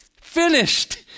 finished